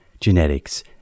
genetics